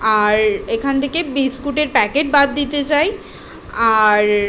আর এখান থেকে বিস্কুটের প্যাকেট বাদ দিতে চাই আর